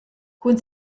cun